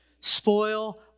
spoil